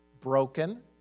broken